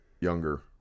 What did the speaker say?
younger